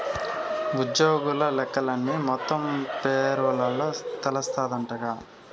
ఉజ్జోగుల లెక్కలన్నీ మొత్తం పేరోల్ల తెలస్తాందంటగా